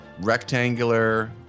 rectangular